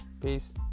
Peace